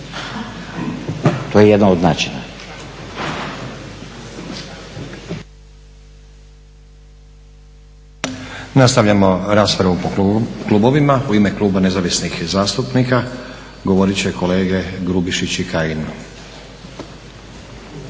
To je jedan od načina.